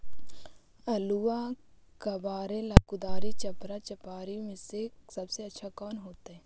आलुआ कबारेला कुदारी, चपरा, चपारी में से सबसे अच्छा कौन होतई?